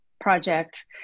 project